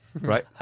Right